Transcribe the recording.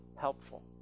helpful